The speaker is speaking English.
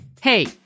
Hey